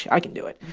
i can do it.